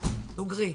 דוגרי,